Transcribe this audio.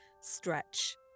stretch